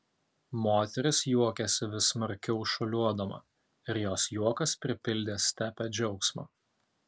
moteris juokėsi vis smarkiau šuoliuodama ir jos juokas pripildė stepę džiaugsmo